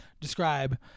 Describe